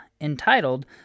entitled